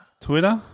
Twitter